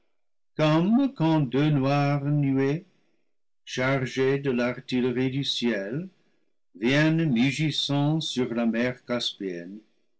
comme quand deux noires nuées chargées de l'artillerie du ciel viennent mugissant sur la mer caspienne